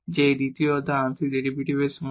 এটি দ্বিতীয় অর্ডার আংশিক ডেরিভেটিভস এর সমান